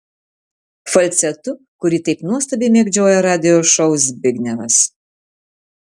falcetu kurį taip nuostabiai mėgdžioja radijo šou zbignevas